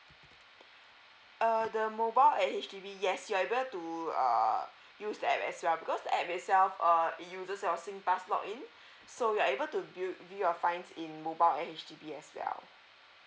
uh the mobile at H_D_B yes you are able to uh use the app as well because the app itself uh it uses your singpass login so you are able to build view your fines in mobile at H_D_B as well